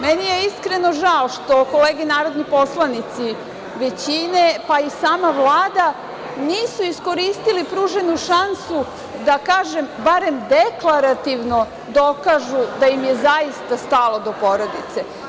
Meni je iskreno žao što kolege narodni poslanici većine, pa i sama Vlada, nisu iskoristili pruženu šansu, da kažem, barem deklarativno dokažu da im je zaista stalo do porodice.